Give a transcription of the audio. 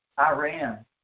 Iran